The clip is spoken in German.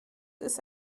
ist